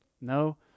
No